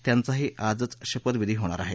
त्यांचाही आजच शपथविधी होणार आहे